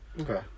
Okay